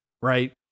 Right